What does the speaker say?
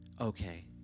okay